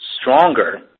stronger